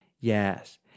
Yes